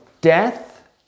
death